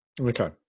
Okay